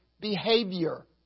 behavior